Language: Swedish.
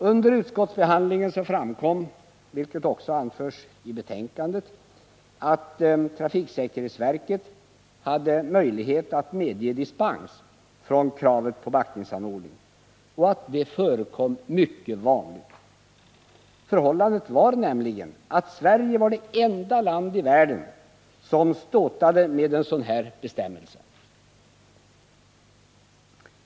Under utskottsbehandlingen framkom — vilket också anförs i betänkandet — att trafiksäkerhetsverket hade möjlighet att medge dispens från kravet på backningsanordning och att detta förekom mycket ofta. Förhållandet var nämligen det, att Sverige var det enda land i världen som ståtade med en sådan här bestämmelse.